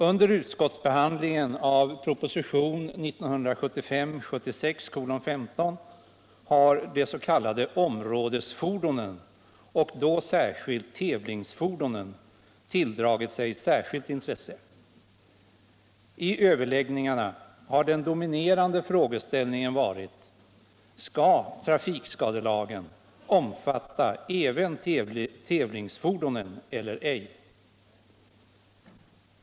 Under utskottsbehandlingen av proposition 1975/76:15 har de s.k. områdesfordonen, och då särskilt tävlingsfordonen, tilldragit sig särskilt intresse. I överläggningarna har den dominerande frågeställningen varit: Skall trafikskadelagen omfatta även tävlingsfordonen eller ej?